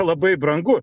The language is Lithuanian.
labai brangu